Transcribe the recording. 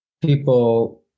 people